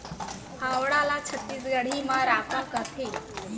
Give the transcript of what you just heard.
फावड़ा ल छत्तीसगढ़ी म रॉंपा कथें